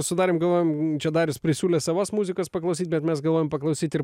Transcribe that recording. sudarėm galvojam čia darius prisiūlė savos muzikos paklausyt bet mes galvojam paklausyti ir